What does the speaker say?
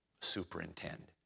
superintend